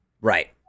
Right